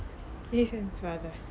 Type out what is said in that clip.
kayshen's father